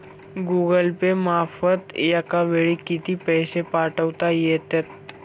Google Pay मार्फत एका वेळी किती पैसे पाठवता येतात?